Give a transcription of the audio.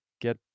get